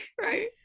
right